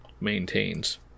maintains